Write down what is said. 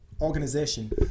organization